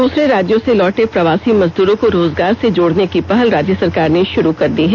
दूसरे राज्यों से लौटे प्रवासी मजदूरों को रोजगार से जोड़ने की पहल राज्य सरकार ने शुरू कर दी है